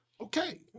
Okay